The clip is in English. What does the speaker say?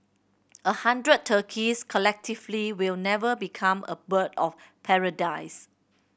a hundred turkeys collectively will never become a bird of paradise